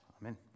Amen